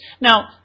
Now